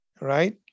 right